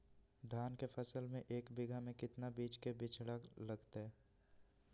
धान के फसल में एक बीघा में कितना बीज के बिचड़ा लगतय?